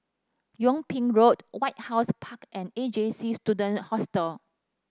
Yung Ping Road White House Park and A J C Student Hostel